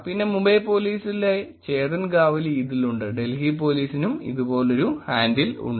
പിന്നെ മുംബൈ പോലീസിലെ ചേതൻ ഗാവലി ഇതിൽ ഉണ്ട് ഡൽഹി പോലീസിനും ഇതുപോലൊരു ഹാൻഡിൽ ഉണ്ട്